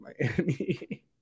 Miami